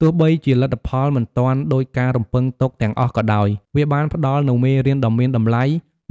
ទោះបីជាលទ្ធផលមិនទាន់ដូចការរំពឹងទុកទាំងអស់ក៏ដោយ វាបានផ្ដល់នូវមេរៀនដ៏មានតម្លៃ